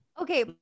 Okay